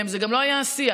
זה גם לא היה השיח.